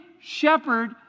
shepherd